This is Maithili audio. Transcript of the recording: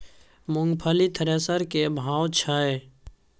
मूंगफली थ्रेसर के की भाव छै?